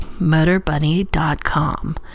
MotorBunny.com